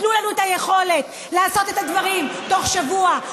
תנו לנו את היכולת לעשות את הדברים תוך שבוע,